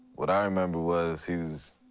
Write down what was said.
what i remember was it was,